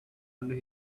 under